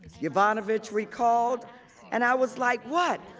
yovanovitch recalled and i was like what,